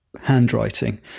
handwriting